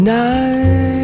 Night